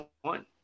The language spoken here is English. one